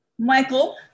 Michael